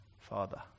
Father